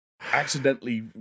accidentally